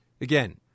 Again